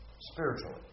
spiritually